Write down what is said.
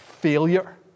failure